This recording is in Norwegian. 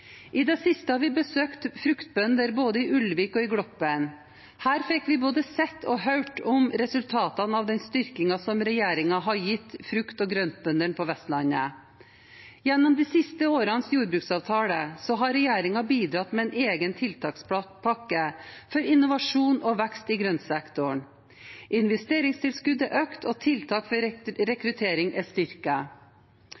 I det siste har vi besøkt fruktbønder både i Ulvik og i Gloppen. Her fikk vi både sett og hørt om resultatene av den styrkingen som regjeringen har gitt frukt- og grøntbøndene på Vestlandet. Gjennom de siste årenes jordbruksavtaler har regjeringen bidratt med en egen tiltakspakke for innovasjon og vekst i grøntsektoren – investeringstilskudd er økt, og tiltak